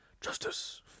Justice